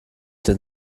denn